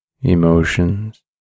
emotions